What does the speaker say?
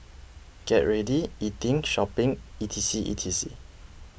get ready eating shopping E T C E T C